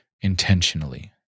intentionally